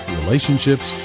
relationships